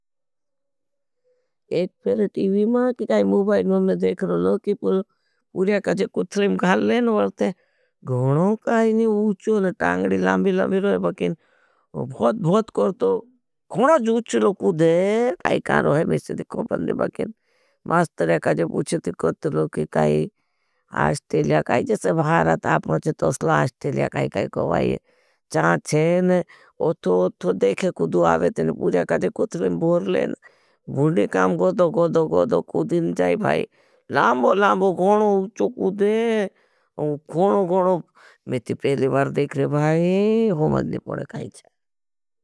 एक फिर टीवी में की काई मुबाइड में में देख रहो लो। की पोलो पूर्या काजे कुथलें गाल लेन वरते गणों काईनी उचो न टांगडी लामी लामी रहे बकिन। भुध भुध करतो गणों जूच चलो कुदे काई कारो है में से देखो बनदी बकिन। मास्तर एकाजे पूछे ती कुथलो की काई आस्टेलिया काई। जैसे भारात आपनों चे तो असला आस्टेलिया काई काई कोई चाँ चेन ओथो ओथो देखे कुदू आवे तेन पूर्या काजे कुथलें बोर लेन। बुर्णी काम गोदो गोदो गोदो कुदिन चाए भाई लामबो लामबो गणो उच्छो कुदे। गणो गणो मिति पेली बार देखे भाई हमाजनी पड़े काई चाए ।